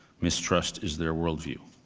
mistrust is their worldview.